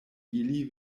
ili